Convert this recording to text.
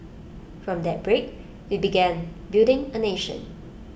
from that break we began building A nation